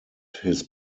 his